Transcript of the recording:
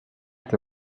est